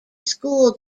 school